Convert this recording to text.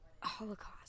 holocaust